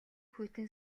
хүйтэн